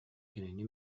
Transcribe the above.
кинини